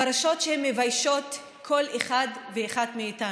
פרשות שמביישות כל אחד ואחד מאיתנו,